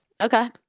Okay